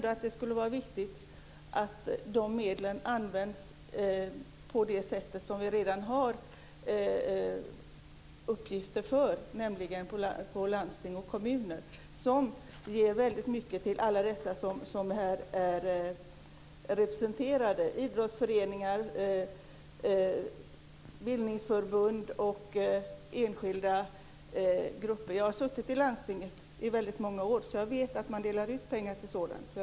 Det skulle vara viktigt att de medlen används i det vi redan har uppgifter för, nämligen i landsting och kommuner. Det gäller idrottsföreningar, bildningsförbund och enskilda grupper. Jag har suttit i landstinget i väldigt många år. Jag vet att man delar ut pengar till sådant.